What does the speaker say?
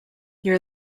near